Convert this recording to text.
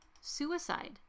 suicide